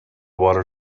water